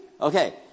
Okay